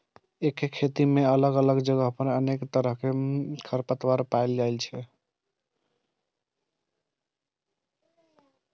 एके खेत मे अलग अलग जगह पर अनेक तरहक खरपतवार पाएल जाइ छै